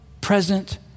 present